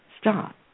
stop